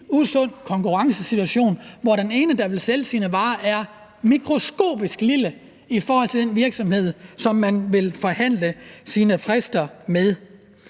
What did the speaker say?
usund konkurrencesituation, hvor den, der vil sælge sine varer, er mikroskopisk lille i forhold til den virksomhed, som man vil forhandle sine frister med.